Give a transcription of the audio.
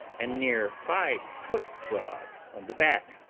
and near five foot broad on the back,